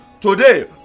today